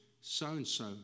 so-and-so